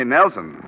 Nelson